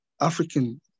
African